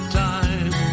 time